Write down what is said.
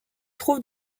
trouve